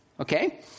Okay